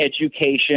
education